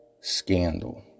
scandal